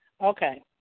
Okay